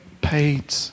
paid